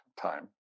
time